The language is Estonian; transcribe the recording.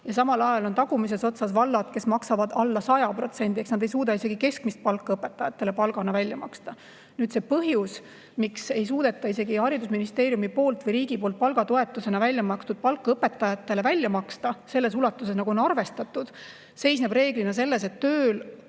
ja samal ajal on tagumises otsas vallad, kes maksavad alla 100% ehk nad ei suuda isegi keskmist palka õpetajatele palgana välja maksta. Nüüd, see põhjus, miks ei suudeta isegi haridusministeeriumi poolt või riigi poolt palgatoetusena [eraldatud] palka õpetajatele välja maksta selles ulatuses, nagu on arvestatud, seisneb reeglina selles, et tööl